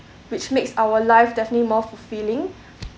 which makes our life definitely more fulfilling